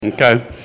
okay